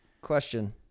Question